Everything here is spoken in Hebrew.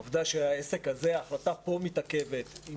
העובדה שההחלטה פה מתעכבת,